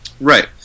Right